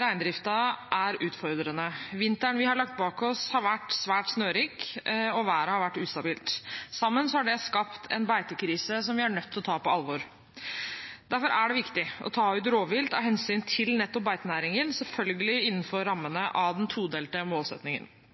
reindriften er utfordrende. Vinteren vi har lagt bak oss, har vært svært snørik, og været har vært ustabilt. Sammen har det skapt en beitekrise vi er nødt til å ta på alvor. Derfor er det viktig å ta ut rovvilt av hensyn til nettopp beitenæringen, selvfølgelig innenfor rammene av den todelte målsettingen.